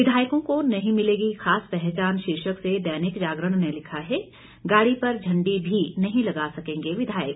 विधायकों को नहीं मिलेगी खास पहचान शीर्षक से दैनिक जागरण ने लिखा है गाड़ी पर झंडी भी नहीं लगा सकेंगे विधायक